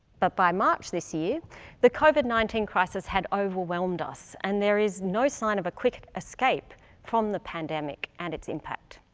but by march this year the covid nineteen crisis had overwhelmed us and there is no sign of a quick escape from the pandemic and its impact.